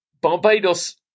barbados